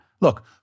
Look